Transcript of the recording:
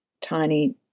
tiny